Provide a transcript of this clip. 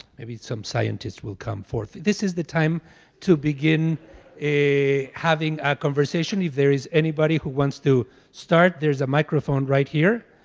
maybe some scientists will come forth. this is the time to begin having a conversation. if there is anybody who wants to start, there's a microphone right here.